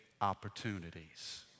opportunities